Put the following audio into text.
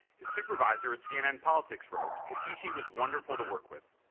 his supervisor at cnnpolitics wrote, katishi was wonderful to work with.